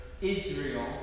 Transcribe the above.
Israel